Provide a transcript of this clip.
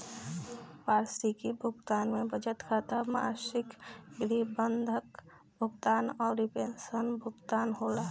वार्षिकी भुगतान में बचत खाता, मासिक गृह बंधक भुगतान अउरी पेंशन भुगतान होला